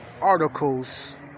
articles